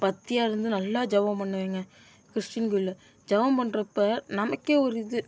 பக்தியா இருந்து நல்லா ஜெபம் பண்ணுவேங்க கிறிஷ்டின் கோயில்ல ஜெபம் பண்ணுறப்ப நமக்கே ஒரு இது